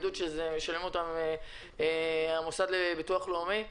בידוד שמשלם אותם המוסד לביטוח לאומי.